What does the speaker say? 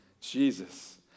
Jesus